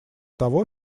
того